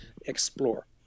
explore